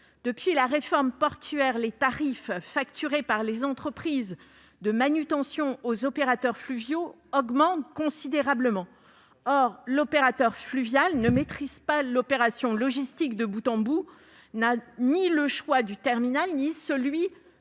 Depuis la réforme portuaire, les tarifs facturés par les entreprises de manutention aux opérateurs fluviaux augmentent considérablement. Or l'opérateur fluvial, qui ne maîtrise pas l'opération logistique de bout en bout, n'a ni le choix du terminal ni celui